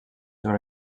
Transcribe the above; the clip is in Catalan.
sobre